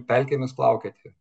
pelkėmis plaukioti